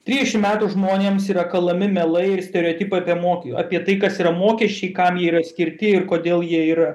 trisdešimt metų žmonėms yra kalami melai ir stereotipai apie mokėjų apie tai kas yra mokesčiai kam jie yra skirti ir kodėl jie yra